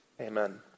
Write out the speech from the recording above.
Amen